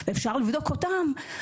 אפשר לבדוק אותם.